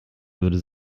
würde